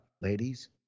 ladies